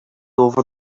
over